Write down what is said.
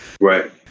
Right